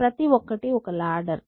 ప్రతి ఒక్కటి ఒక లాడర్